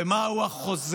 די.